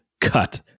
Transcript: cut